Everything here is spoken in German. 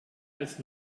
als